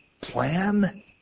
plan